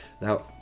Now